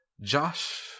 Josh